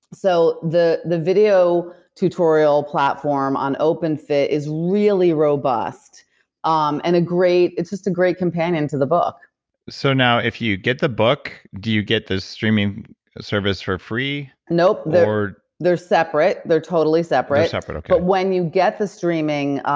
so, the the video tutorial platform on open fit is really robust um and it's just a great companion to the book so, now if you get the book, do you get the streaming service for free? nope. they're they're separate. they're totally separate they're separate, okay but when you get the streaming